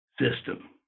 system